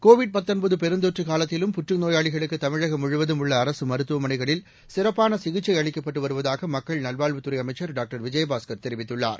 Covid பெருந்தொற்று காலத்திலும் புற்று நோயாளிகளுக்கு தமிழகம் முழுவதும் உள்ள அரசு மருத்துவமனைகளில் சிறப்பான சிகிச்சை அளிக்கப்பட்டு வருவதாக மக்கள் நல்வாழ்வுத்துறை அமைச்சர் டாக்டர் விஜயபாஸ்கர் தெரிவித்துள்ளார்